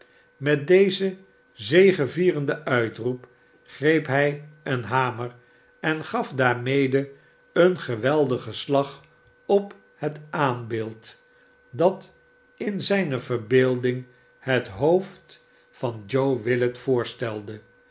met dezen zegevierenden uitroep greep hij een hamer en gaf daarmede een geweldigen slag op het aanbeeld dat in zijne verbeelding het hoofd van joe willet voorstelde